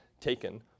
taken